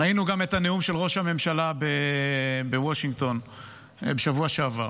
ראינו גם את הנאום של ראש הממשלה בוושינגטון בשבוע שעבר.